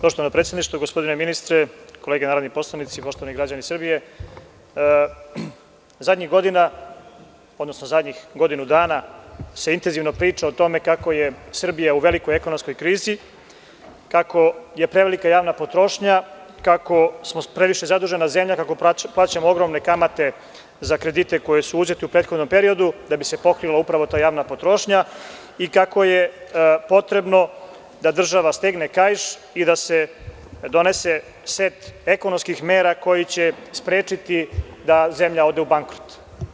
Poštovano predsedništvo, gospodine ministre, kolege narodni poslanici, poštovani građani Srbije, zadnjih godina, odnosno zadnjih godinu dana se intenzivno priča o tome kako je Srbija u velikoj ekonomskoj krizi, kako je prevelika javna potrošnja, kako smo previše zadužena zemlja, kako plaćamo ogromne kamate za kredite koji su uzeti u prethodnom periodu, a da bi se pokrila upravo ta javna potrošnja i kako je potrebno da država stegne kaiš i da se donese set ekonomskih mera koji će sprečiti da zemlja ode u bankrot.